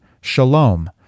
Shalom